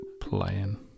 playing